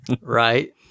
right